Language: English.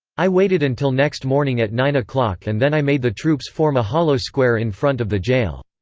i waited until next morning at nine o'clock and then i made the troops form a hollow square in front of the jail.